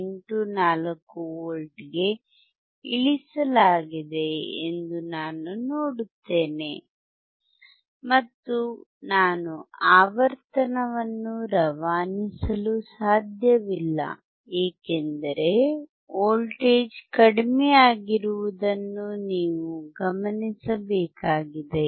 84 V ಗೆ ಇಳಿಸಲಾಗಿದೆ ಎಂದು ನಾನು ನೋಡುತ್ತೇನೆ ಮತ್ತು ನಾನು ಆವರ್ತನವನ್ನು ರವಾನಿಸಲು ಸಾಧ್ಯವಿಲ್ಲ ಏಕೆಂದರೆ ವೋಲ್ಟೇಜ್ ಕಡಿಮೆಯಾಗಿರುವುದನ್ನು ನೀವು ಗಮನಿಸಬೇಕಾಗಿದೆ